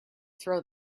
throw